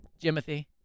Jimothy